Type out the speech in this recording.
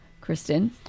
Kristen